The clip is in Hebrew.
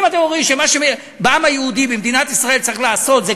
אם אתם אומרים שמה שצריך לעשות בעם היהודי במדינת ישראל זה כסף,